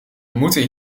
moeten